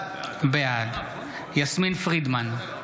בעד יסמין פרידמן,